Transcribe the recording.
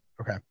Okay